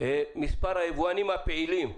מספר היבואנים הפעילים.